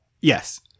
Yes